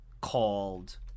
called